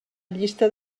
llista